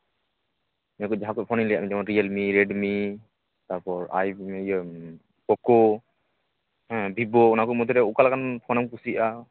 ᱱᱤᱭᱟᱹ ᱠᱚ ᱡᱟᱦᱟᱸ ᱯᱷᱳᱱᱤᱧ ᱞᱟᱹᱭᱟᱫ ᱢᱮ ᱡᱮᱢᱚᱱ ᱨᱤᱭᱮᱞᱢᱤ ᱨᱮᱰᱢᱤ ᱛᱟᱯᱚᱨ ᱟᱭᱯᱷᱳᱱ ᱤᱭᱟᱹ ᱯᱳᱠᱳ ᱦᱩᱸ ᱵᱷᱤᱵᱳ ᱚᱱᱟᱠᱚ ᱢᱚᱫᱽᱫᱷᱮᱨᱮ ᱚᱠᱟᱞᱮᱠᱟᱱ ᱯᱷᱳᱱᱮᱢ ᱠᱩᱥᱤᱭᱟᱜᱼᱟ